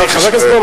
חבר הכנסת בוים,